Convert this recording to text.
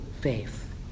faith